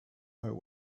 know